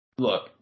Look